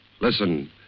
Listen